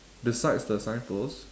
besides the signpost